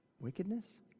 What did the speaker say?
Wickedness